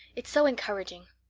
it's so encouraging.